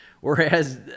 Whereas